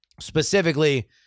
Specifically